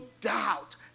doubt